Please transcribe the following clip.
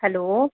hello